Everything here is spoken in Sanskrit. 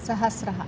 सहस्रम्